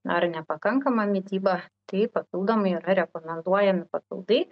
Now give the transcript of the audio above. ar nepakankama mityba tai papildomai yra rekomenduojami papildai